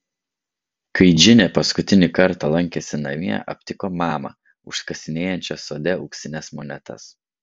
kai džinė paskutinį kartą lankėsi namie aptiko mamą užkasinėjančią sode auksines monetas